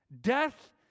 Death